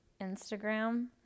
Instagram